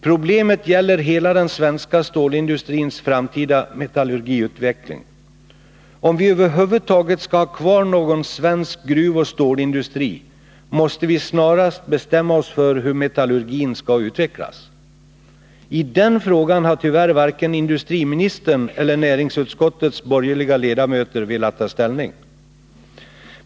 Problemet gäller hela den svenska stålindustrins metallurgiutveckling. Om vi över huvud taget skall ha kvar någon svensk gruvoch stålindustri måste vi snarast bestämma oss för hur metallurgin skall utvecklas. I den frågan har tyvärr varken industriministern eller näringsutskottets borgerliga ledamöter velat ta ställning.